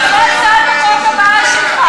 זאת הצעת החוק הבאה שלך,